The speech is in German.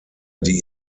die